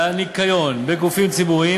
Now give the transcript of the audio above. והניקיון בגופים ציבוריים,